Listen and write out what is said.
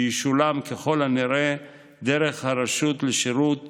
שישולם ככל הנראה דרך הרשות לשירות